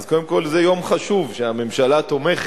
אז קודם כול זה יום חשוב, שהממשלה תומכת.